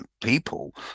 people